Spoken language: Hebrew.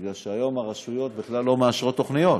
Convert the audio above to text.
מפני שהיום הרשויות בכלל לא מאשרות תוכניות.